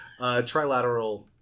Trilateral